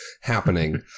happening